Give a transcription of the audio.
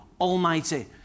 Almighty